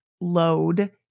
load